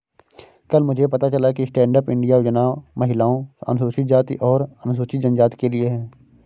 कल मुझे पता चला कि स्टैंडअप इंडिया योजना महिलाओं, अनुसूचित जाति और अनुसूचित जनजाति के लिए है